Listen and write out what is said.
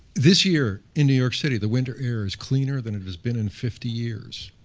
this year in new york city the winter air is cleaner than it has been in fifty years.